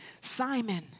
Simon